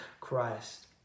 Christ